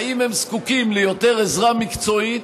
ואם הם זקוקים ליותר עזרה מקצועית,